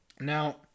Now